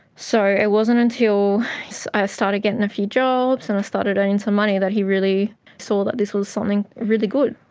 so it wasn't until i started getting a few jobs and i started earning some money that he really saw that this was something really good.